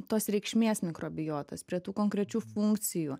tos reikšmės mikrobiotos prie tų konkrečių funkcijų